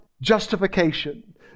justification